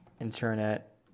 internet